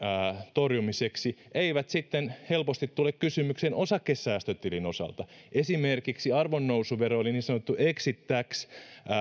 torjumiseksi eivät helposti tule kysymykseen sitten osakesäästötilin osalta esimerkiksi arvonnousuveron niin sanottu exit tax